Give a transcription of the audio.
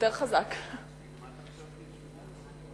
סעיפים 1 2